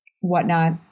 whatnot